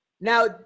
Now